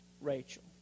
Rachel